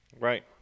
Right